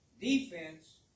Defense